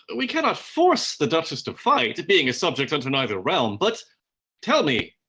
we cannot force the duchess to fight, being a subject unto neither realm but tell me,